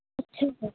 ਅੱਛਿਆ